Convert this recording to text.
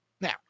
Now